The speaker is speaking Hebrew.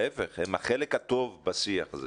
להיפך, הם החלק הטוב בשיח הזה.